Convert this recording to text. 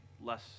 less